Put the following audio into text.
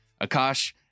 Akash